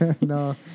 No